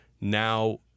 now